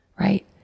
right